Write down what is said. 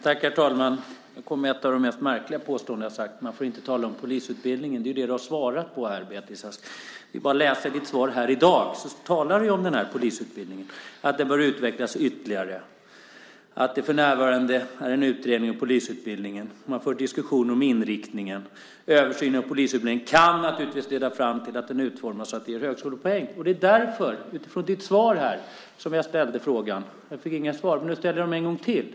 Herr talman! Nu kom ett av de mest märkliga påståenden jag har hört. Man får inte tala om polisutbildningen. Det är ju det du har svarat på här, Beatrice Ask. Det är bara att läsa ditt svar här i dag. Där talar du om den här polisutbildningen. Du säger att den bör utvecklas ytterligare, att det för närvarande pågår en utredning om polisutbildningen, att man för diskussioner om inriktningen och att översynen av polisutbildningen naturligtvis kan leda fram till att den utformas så att den ger högskolepoäng. Det är utifrån ditt svar här som jag ställde frågorna, men jag fick inget svar. Nu ställer jag dem en gång till.